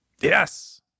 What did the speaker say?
Yes